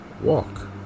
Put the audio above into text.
Walk